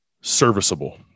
serviceable